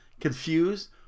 confused